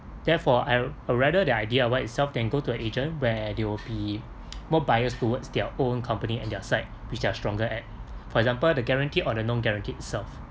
therefore I rather the idea what itself than go to a agent where they will be more biased towards their own company and their site which they're stronger at for example the guarantee or the non guaranteed itself